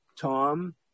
Tom